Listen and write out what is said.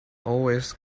always